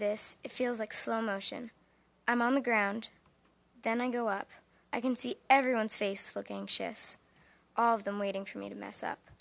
this it feels like slow motion i'm on the ground then i go up i can see everyone's face looking chess all of them waiting for me to mess up